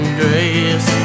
grace